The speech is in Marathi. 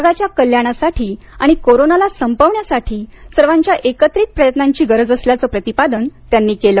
जगाच्या कल्याणासाठी आणि कोरोनाला संपवण्यासाठी सर्वांच्या एकत्रित प्रयत्नांची गरज असल्याचं प्रतिपादन त्यांनी केलं